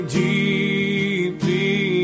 deeply